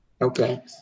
Okay